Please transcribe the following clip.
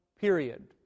period